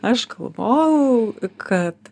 aš galvojau kad